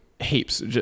heaps